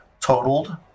totaled